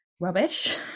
rubbish